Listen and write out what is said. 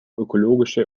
ökologische